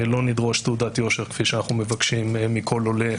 לא נדרוש תעודת יושר כפי שאנחנו מבקשים מכל עולה,